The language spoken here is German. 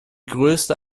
größte